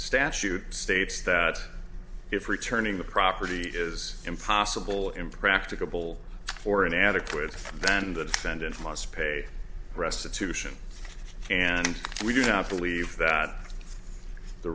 statute states that if returning the property is impossible impracticable for an adequate then the defendant must pay restitution and we do not believe that the